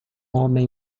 homem